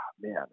man